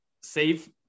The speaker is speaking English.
save